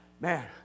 man